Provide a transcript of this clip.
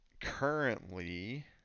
currently